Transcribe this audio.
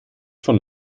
von